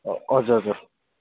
हजुर हजुर